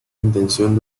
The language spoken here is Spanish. intención